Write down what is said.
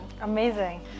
Amazing